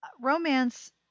romance